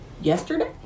yesterday